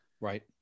Right